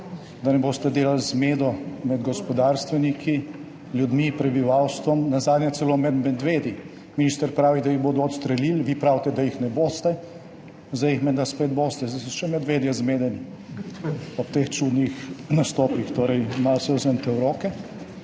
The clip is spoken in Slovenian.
da ne boste delali zmede med gospodarstveniki, ljudmi, prebivalstvom, nazadnje celo med medvedi. Minister pravi, da jih bodo odstrelili, vi pravite, da jih ne boste, zdaj jih menda spet boste. Zdaj so še medvedje zmedeni ob teh čudnih nastopih. Torej, malo se vzemite v roke.